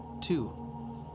two